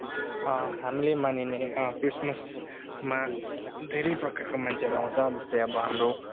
हामीले मानिने क्रिसमसमा धेरै प्रकारको मान्छेहरू आउँछ जस्तै अब हाम्रो